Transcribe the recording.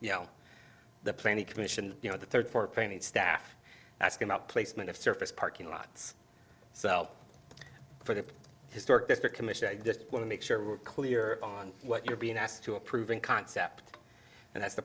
you know the planning commission you know the third for pain and staff asking about placement of surface parking lots so for the historic district commission i just want to make sure we're clear on what you're being asked to approve in concept and that's